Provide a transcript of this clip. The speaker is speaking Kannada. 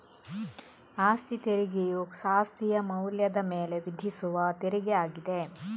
ಅಸ್ತಿ ತೆರಿಗೆಯು ಅಸ್ತಿಯ ಮೌಲ್ಯದ ಮೇಲೆ ವಿಧಿಸುವ ತೆರಿಗೆ ಆಗಿದೆ